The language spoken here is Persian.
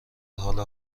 حال